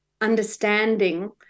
understanding